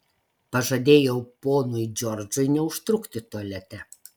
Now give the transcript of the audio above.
pažadėjau ponui džordžui neužtrukti tualete